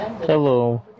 Hello